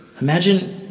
Imagine